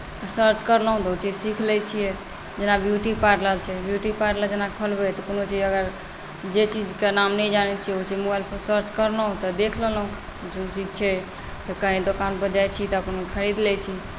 search करलहुँ तऽ ओ चीज सीख लैत छियै जेना ब्यूटीपार्लर छै ब्यूटीपार्लर जेना खोलबै तऽ कोनो चीज अगर जे चीजके नाम नहि जानैत छी ओ चीज मोबाइलपर सर्च करलहुँ तऽ देख लेलहुँ जे ओ चीज छै तऽ कहीँ दोकानपर जाइत छी तऽ अपन खरीद लैत छी